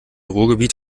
ruhrgebiet